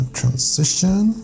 transition